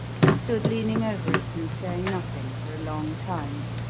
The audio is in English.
and stood leaning over it and saying nothing for a long time.